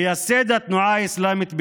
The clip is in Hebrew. מייסד התנועה האסלאמית בישראל.